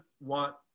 want